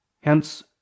Hence